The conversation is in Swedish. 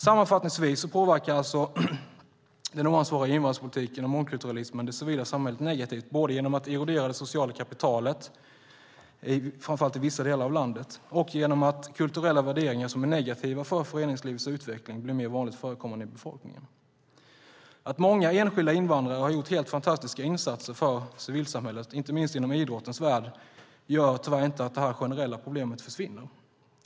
Sammanfattningsvis påverkar alltså den oansvariga invandringspolitiken och mångkulturalismen det civila samhället negativt, både genom att erodera det sociala kapitalet framför allt i vissa delar av landet och genom att kulturella värderingar som är negativa för föreningslivets utveckling blir mer vanligt förekommande i befolkningen. Att många enskilda invandrare har gjort helt fantastiska insatser för civilsamhället, inte minst inom idrottens värld, gör tyvärr inte att det generella problemet försvinner.